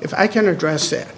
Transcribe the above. if i can address that